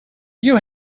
you